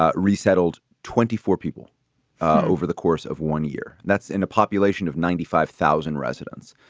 ah resettled twenty four people over the course of one year. that's in a population of ninety five thousand residents.